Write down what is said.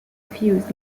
fused